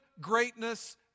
greatness